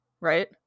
right